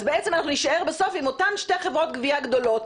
בעצם נישאר בסוף עם אותן שתי חברות גבייה גדולות,